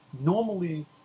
Normally